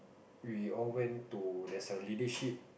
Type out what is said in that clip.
we all went to there's a leadership